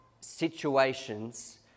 situations